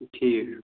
ٹھیٖک چھُ